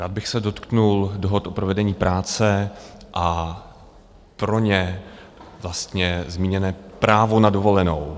Rád bych se dotkl dohod o provedení práce a pro ně vlastně zmíněné právo na dovolenou.